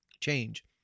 change